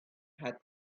had